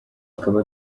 akaba